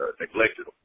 neglected